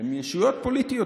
ישויות פוליטיות.